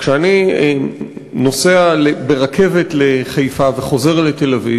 כשאני נוסע ברכבת לחיפה וחוזר לתל-אביב,